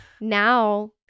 now